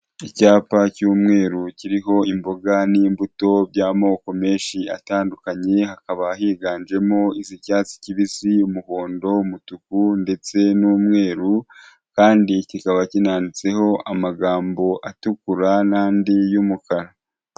Icyapa cy'umweru kiriho imboga n'imbuto by'amoko menshi atandukanye, hakaba higanjemo iz'icyatsi kibisi, umuhondo, umutuku ndetse n'umweru; kandi kikaba kinanditseho amagambo atukura n'andi y'umukara.